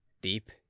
Deep